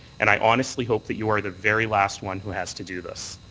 and i honestly hope that you are the very last one who has to do this.